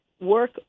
work